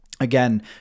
Again